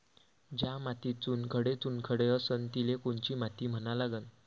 ज्या मातीत चुनखडे चुनखडे असन तिले कोनची माती म्हना लागन?